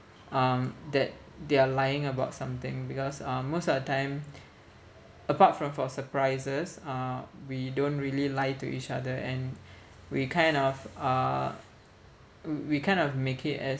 um that they're lying about something because uh most of the time apart from for surprises uh we don't really lie to each other and we kind of uh we kind of make it as